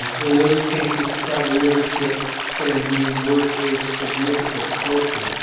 in those cases, tribal membership can be worth a significant fortune.